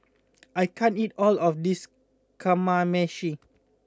I can't eat all of this Kamameshi